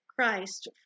Christ